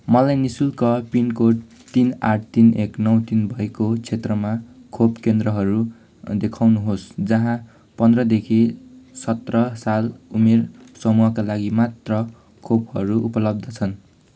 मलाई नि शुल्क पिनकोड तिन आठ तिन एक नौ तिन भएको क्षेत्रमा खोप केन्द्रहरू देखाउनुहोस् जहाँ पन्ध्रदेखि सत्र साल उमेर समूहका लागि मात्र खोपहरू उपलब्ध छन्